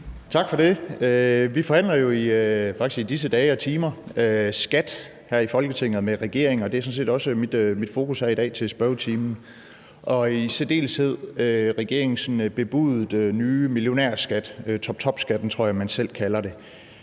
Tak for det. Vi forhandler jo faktisk i disse dage og timer skat her i Folketinget med regeringen, og det er sådan set også mit fokus her i dag i spørgetimen, i særdeleshed regeringens bebudede nye millionærskat, toptopskatten tror jeg at man selv kalder det.